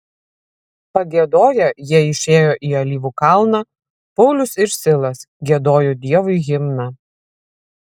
pagiedoję jie išėjo į alyvų kalną paulius ir silas giedojo dievui himną